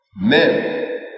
men